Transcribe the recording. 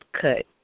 cut